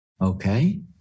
Okay